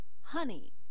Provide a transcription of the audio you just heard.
honey